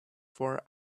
for